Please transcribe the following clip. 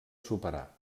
superar